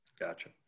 Gotcha